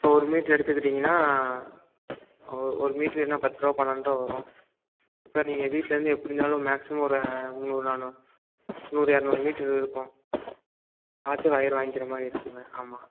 இப்போது ஒரு மீட்ரு எடுத்துகிட்டீங்கனா ஓ ஒரு மீட்ரு என்ன பத்து ரூபா பன்னெண்டு ரூபா வரும் சரிங்க வீட்டில் இருந்து எப்படி இருந்தாலும் மேக்சிமம் ஒரு முன்னூறு நானூறு நூறு இரநூறு மீட்ரு இருக்கும் பார்த்து ஒயர் வாங்கிற மாதிரி இருக்குங்க ஆமாம்